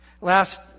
Last